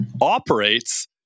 operates